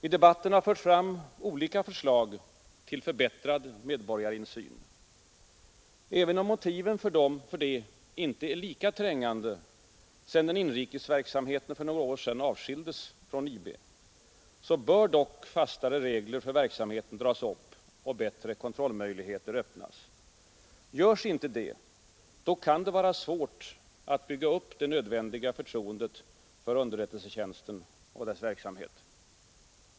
I debatten har förts fram olika förslag till förbättrad medborgarinsyn. Även om motiven för denna inte är lika trängande, sedan den inrikes verksamheten för några år sedan avskildes från IB, bör dock fastare regler för verksamheten dras upp och bättre kontrollmöjligheter öppnas. Görs inte detta kan det vara svårt att bygga upp det nödvändiga förtroendet för underrättelsetjänsten och dess verksamhet.